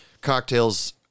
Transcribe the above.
cocktails